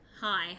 Hi